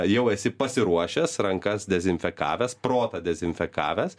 jau esi pasiruošęs rankas dezinfekavęs protą dezinfekavęs